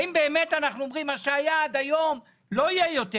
האם אנחנו באמת אומרים שמה שהיה עד היום לא יהיה יותר?